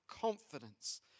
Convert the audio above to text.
confidence